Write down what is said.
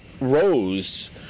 Rose